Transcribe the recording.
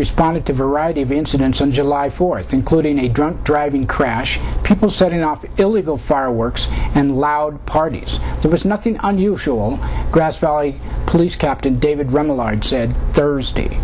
responded to variety of incidents on july fourth including a drunk driving crash people setting off illegal fireworks and loud parties it was nothing unusual grass valley police captain david graham a large said thursday